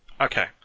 Okay